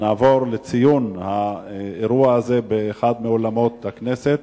נעבור לציון האירוע הזה באחד מאולמות הכנסת.